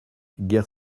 guerre